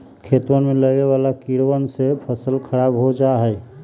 खेतवन में लगवे वाला कीड़वन से फसल खराब हो जाहई